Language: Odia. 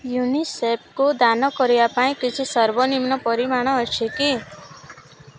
ୟୁନିସେଫକୁ ଦାନ କରିବା ପାଇଁ କିଛି ସର୍ବନିମ୍ନ ପରିମାଣ ଅଛି କି